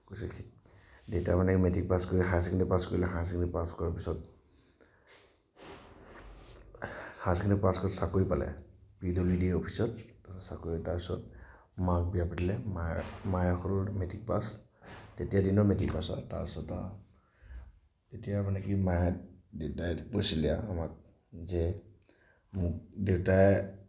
দেতা মানে matric pass কৰি হায়াৰ ছেকেণ্ডেৰী পাছ কৰিলে হায়াৰ ছেকেণ্ডেৰী পাছ কৰাৰ পিছত হায়াৰ ছেকেণ্ডেৰী পাছ কৰাৰ পিছত চাকৰি পালে পি ডব্লিউ ডি অফিচত চাকৰি পাই তাৰপিছত মাক বিয়া পাতিলে মায়ে সৰু মেট্ৰিক পাছ তেতিয়াৰ দিনৰ মেট্ৰিক পাছ আৰু তাৰপিছত আৰু তেতিয়া মানে কি মায়ে দেতায়ে কৈছিলে কি আমাক যে মোক দেউতাই